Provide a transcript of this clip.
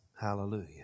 Hallelujah